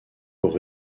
pour